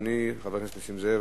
אדוני חבר הכנסת נסים זאב,